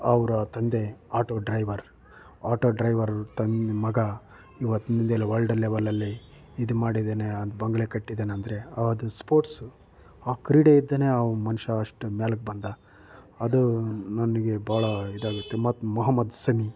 ಅವರ ತಂದೆ auto driver auto driver ತನ್ನ ಮಗ ಇವತ್ತು ವಲ್ಡ್ ಲೆವೆಲಲ್ಲಿ ಇದು ಮಾಡಿದ್ದಾನೆ ಬಂಗಲೆ ಕಟ್ಟಿದ್ದಾನೆಂದರೆ ಅದು ಸ್ಪೋರ್ಟ್ಸು ಆ ಕ್ರೀಡೆಯಿಂದನೇ ಆ ಮನುಷ್ಯ ಅಷ್ಟು ಮೇಲಕ್ಕೆ ಬಂದ ಅದು ನನಗೆ ಬಹಳ ಇದಾಗುತ್ತೆ ಮತ್ತು ಮೊಹಮ್ಮದ್ ಶಮಿ